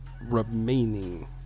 remaining